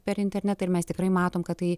per internetą ir mes tikrai matom kad tai